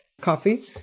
coffee